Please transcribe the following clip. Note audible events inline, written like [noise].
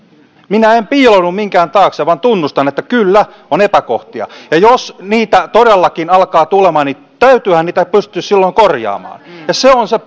minä en piiloudu minkään taakse vaan tunnustan että kyllä on epäkohtia ja jos niitä todellakin alkaa tulemaan niin täytyyhän niitä pystyä silloin korjaamaan ja se on se [unintelligible]